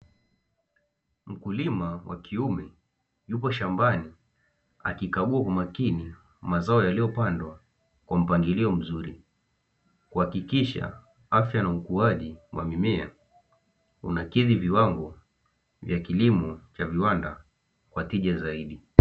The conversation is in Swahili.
Mkulima wa kiume yupo shambani, akikagua kwa makini mazao yaliyopandwa kwa mpangilio mzuri kuhakikisha afya na ukuaji wa mimea, unakidhi viwango vya kilimo cha viwanda kwa tija zaidi.